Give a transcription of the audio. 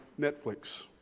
Netflix